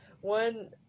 one